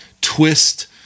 twist